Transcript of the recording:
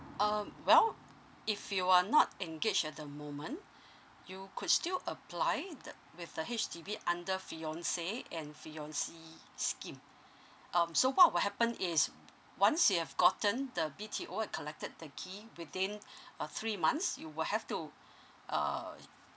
um well if you are not engaged at the moment you could still apply the with the H_D_B under fiance and fiancee scheme um so what will happen is once you have gotten the B_T_O and collected the key within uh three months you will have to uh